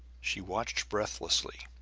she watched breathlessly.